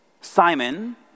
Simon